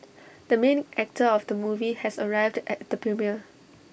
the main actor of the movie has arrived at the premiere